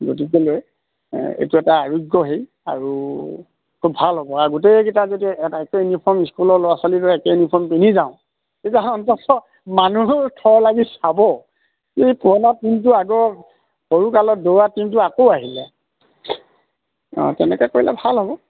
গতিকেলৈ এইটো এটা আৰোগ্য হেৰি আৰু খুব ভাল হ'ব আৰু গোটেইকেইটা যদি এটা একে ইউনিফৰ্ম স্কুলৰ ল'ৰা ছোৱালীৰ দৰে একে ইউনিফৰ্ম পিন্ধি যাওঁ তেতিয়া অন্তত মানুহো থৰ লাগি চাব এই পুৰণা টিমটো আগৰ সৰু কালত দৌৰা টিমটো আকৌ আহিলে অঁ তেনেকৈ কৰিলে ভাল হ'ব